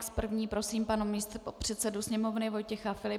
S první prosím pana místopředsedu Sněmovny Vojtěcha Filipa.